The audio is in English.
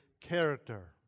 character